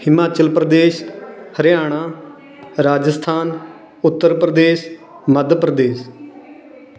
Himachal Pradesh Haryana Rajasthan Uttar Pradesh Madhya Pradesh